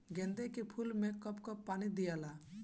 गेंदे के फूल मे कब कब पानी दियाला?